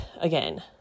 again